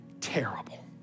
terrible